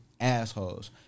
assholes